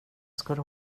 skulle